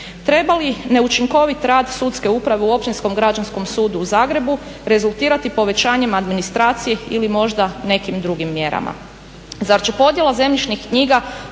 Treba li neučinkovit rad sudske uprave u Općinskom građanskom sudu u Zagrebu rezultirati povećanjem administracije ili možda nekim drugim mjerama.